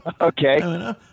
Okay